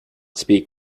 speak